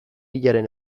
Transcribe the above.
hilaren